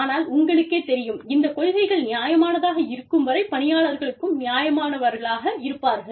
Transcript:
ஆனால் உங்களுக்கேத் தெரியும் இந்த கொள்கைகள் நியாயமானதாக இருக்கும் வரை பணியாளர்களும் நியாயமானவராக இருப்பார்கள்